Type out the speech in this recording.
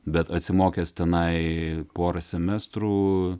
bet atsimokęs tenai porą semestrų